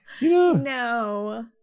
No